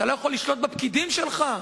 אתה לא יכול לשלוט בפקידים שלך?